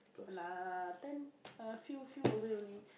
lah ten a few few away only